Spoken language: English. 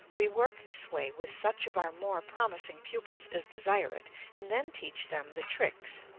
we work this way with such of our more promising pupils as desire it, and then teach them the tricks,